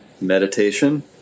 Meditation